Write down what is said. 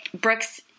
Brooks